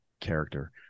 character